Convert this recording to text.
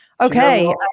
okay